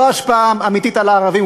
לא השפעה אמיתית על הערבים,